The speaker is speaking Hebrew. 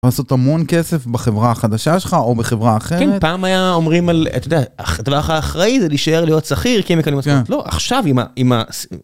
לעשות המון כסף בחברה החדשה שלך או בחברה אחרת.כן פעם היה, הדבר האחראי להישאר להיות שכיר